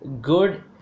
good